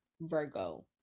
Virgo